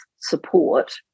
support